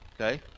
Okay